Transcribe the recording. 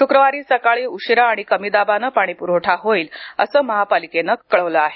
श्क्रवारी सकाळी उशिरा आणि कमी दाबाने पाणीपुरवठा होईल असं महापालिकेनं कळवलं आहे